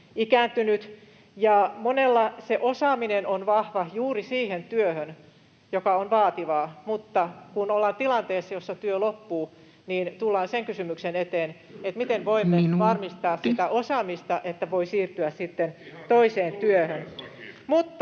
Monella se osaaminen on vahva juuri siihen työhön, joka on vaativaa, mutta kun ollaan tilanteessa, jossa työ loppuu, niin tullaan sen kysymyksen eteen, miten voimme [Puhemies: Minuutti!] varmistaa sitä osaamista, että voi siirtyä sitten [Juha